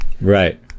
Right